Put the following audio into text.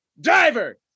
Driver